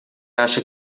acha